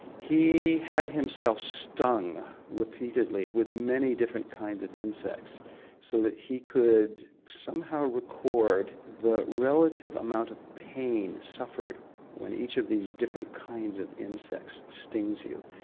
he had himself stung repeatedly with many different kinds of insects so that he could somehow record the relative amount of pain suffered when each of these different kinds of insects stings you.